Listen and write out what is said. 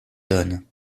donne